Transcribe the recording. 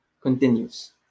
continues